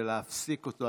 ולהפסיק אותו.